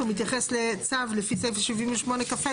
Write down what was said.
הוא מתייחס לצו לפי סעיף 78כה,